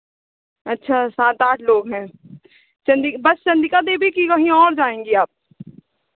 अच्छा सात आठ लोग हैं चंडी बस चंडिका देवी कि कहीं और जाएँगी आप